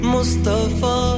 Mustafa